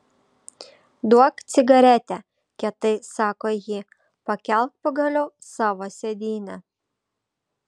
duok cigaretę kietai sako ji pakelk pagaliau savo sėdynę